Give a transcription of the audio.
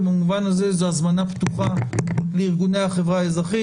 ובמובן הזה זו הזמנה פתוחה לארגוני החברה האזרחית.